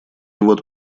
вот